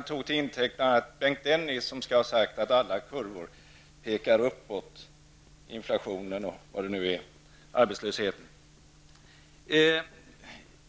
Till intäkt för detta tog han bl.a. Bengt Dennis, som skall ha sagt att alla kurvor pekar uppåt, när det gäller inflationen, arbetslösheten och vad det nu kan vara.